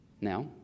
Now